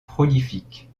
prolifique